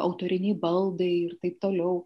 autoriniai baldai ir taip toliau